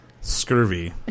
Scurvy